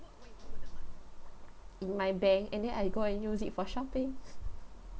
in my bank and then I go and use it for shopping